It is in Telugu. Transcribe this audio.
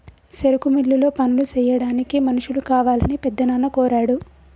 సెరుకు మిల్లులో పనులు సెయ్యాడానికి మనుషులు కావాలని పెద్దనాన్న కోరాడు